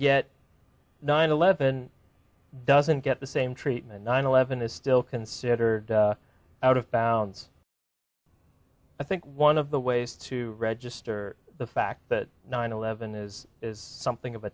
yet nine eleven doesn't get the same treatment nine eleven is still considered out of bounds i think one of the ways to register the fact that nine eleven is is something of a